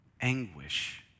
anguish